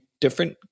different